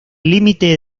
límite